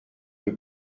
peu